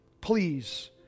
Please